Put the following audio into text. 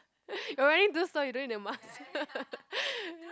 you're wearing two so you don't need the mask